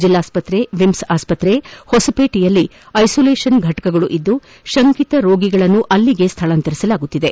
ಜಿಲ್ಲಾಸ್ತ್ರೆ ಎಮ್ಸ್ ಆಸ್ತ್ರೆ ಹೊಸಪೇಟೆಯಲ್ಲಿ ಐಸೋಲೇಷನ್ ಫಟಕಗಳದ್ದು ಶಂಕಿತ ರೋಗಿಗಳನ್ನು ಅಲ್ಲಿಗೆ ಸ್ಥಳಾಂತಂಸಲಾಗುತ್ತಿದೆ